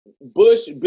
Bush